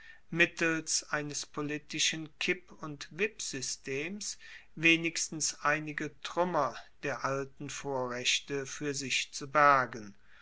mittels eines politischen kipp und wippsystems wenigstens einige truemmer der alten vorrechte fuer sich zu bergen